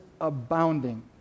abounding